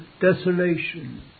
desolation